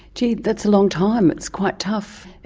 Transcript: gee, that's a long time, it is quite tough.